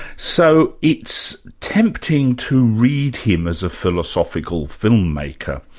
so it's tempting to read him as a philosophical filmmaker.